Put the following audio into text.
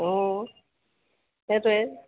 অঁ সেইটোৱে